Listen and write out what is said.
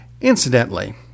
Incidentally